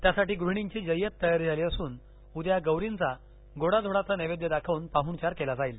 त्यासाठी गृहिणीची जय्यत तयारी झाली असून उद्या गौरींचा गोडा धोडाचा नैवेद्य दाखवून पाह्णचार केला जाईल